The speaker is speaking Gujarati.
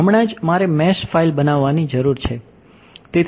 વિદ્યાર્થી